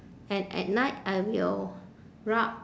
and at night I will rub